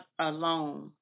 alone